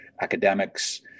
academics